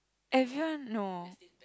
everyone no